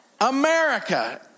America